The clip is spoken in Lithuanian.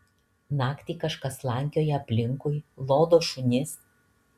naktį kažkas slankioja aplinkui lodo šunis